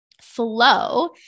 flow